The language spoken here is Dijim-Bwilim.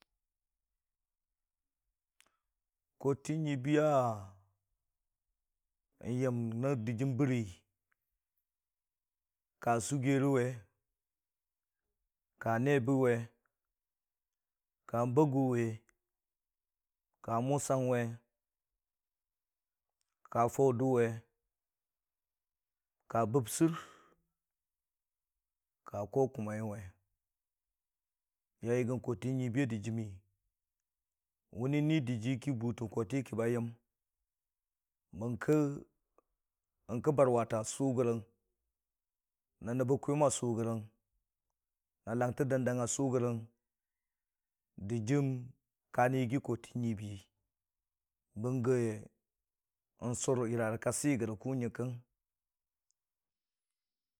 kootə nyiibiiyʊ wa yəm no Dɨjiim bəri, ka sɨgirəwi, ka neebewe ka bagʊ we, ka musang we, ka faʊdʊ we, ka bɨgsɨr, ka koo kʊmai we. yainyə gən kootə nyiibiiyʊ a dijiimmi wʊni ki bʊtən kooti hi kə ba yəm, bərkə n'kən barwata sʊr gərʊng, nəb bə kwiwʊn a sʊ gərəng, a langtə dəndang a sʊ gərəng dijiim ka rə yəngngi koo tə nyiibii, bənggə n'sʊr yəra ka si gərəng kʊ yəngkən.